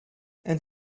and